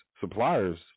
suppliers